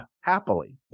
Happily